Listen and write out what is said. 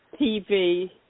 TV